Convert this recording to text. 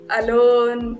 alone